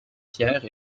pierre